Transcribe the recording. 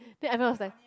then everyone was like